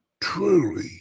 truly